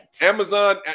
Amazon